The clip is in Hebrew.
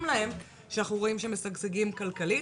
להם שאנחנו רואים שהם משגשגים כלכלית.